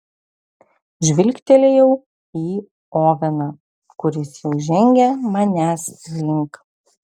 žvilgtelėjau į oveną kuris jau žengė manęs link